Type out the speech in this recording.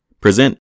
present